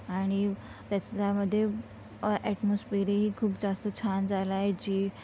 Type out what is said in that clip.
आणि त्याच्यामध्ये ॲटमॉस्फियरही खूप जास्त छान झालं आहे जी